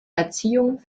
erziehung